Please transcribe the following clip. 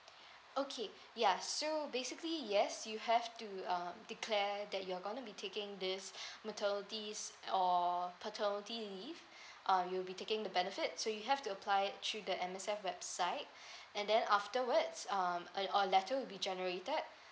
okay ya so basically yes you have to you uh declare that you're going to be taking this maternity or paternity leave uh you'll be taking the benefit so you have to apply it through the M_S_F website and then afterwards um or a letter will be generated